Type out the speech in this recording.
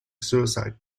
suicide